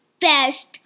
best